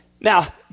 Now